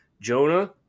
Jonah